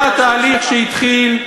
זה התהליך שהתחיל,